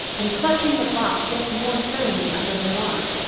and clutching the box yet more firmly under her arm,